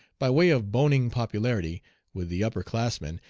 by way of boning popularity with the upper classmen,